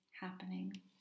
happening